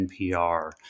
NPR